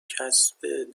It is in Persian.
کسب